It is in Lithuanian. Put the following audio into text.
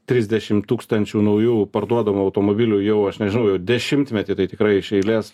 trisdešim tūkstančių naujų parduodamų automobilių jau aš nežinau jau dešimtmetį tai tikrai iš eilės